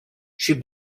she